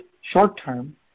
short-term